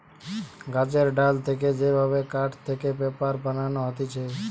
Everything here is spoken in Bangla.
গাছের ডাল থেকে যে ভাবে কাঠ থেকে পেপার বানানো হতিছে